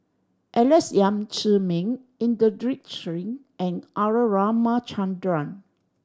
Alex Yam Ziming Inderjit Singh and R Ramachandran